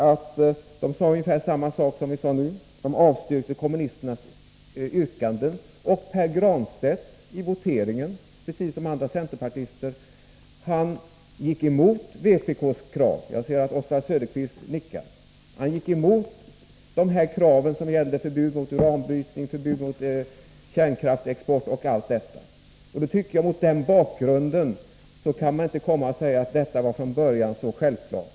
Man avstyrkte kommunisternas yrkanden, och Pär Granstedt gick i voteringen — precis som andra centerpartister — emot vpk:s krav. Jag ser att Oswald Söderqvist nickar. Pär Granstedt gick emot kraven som gällde förbud mot uranbrytning, förbud mot kärnkraftsexport osv. Mot den bakgrunden tycker jag inte att man kan hävda att det är fråga om självklara krav.